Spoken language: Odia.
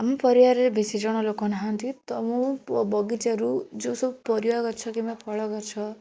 ଆମ ପରିବାରରେ ବେଶୀ ଜଣ ଲୋକ ନାହାଁନ୍ତି ତ ମୁଁ ବଗିଚାରୁ ଯେଉଁସବୁ ପରିବା ଗଛ କିମ୍ବା ଫଳ ଗଛ